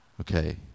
Okay